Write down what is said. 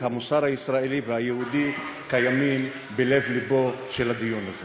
המוסר הישראלי והיהודי קיימים בלב-לבו של הדיון הזה.